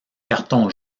carton